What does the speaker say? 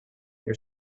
your